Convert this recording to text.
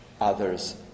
others